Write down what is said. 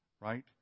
Right